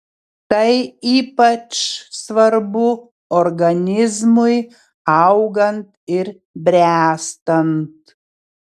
tai ypač svarbu organizmui augant ir bręstant